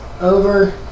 over